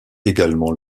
également